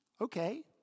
Okay